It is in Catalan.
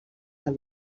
del